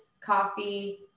coffee